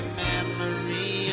memory